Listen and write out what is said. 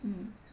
mm